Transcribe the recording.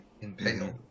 impaled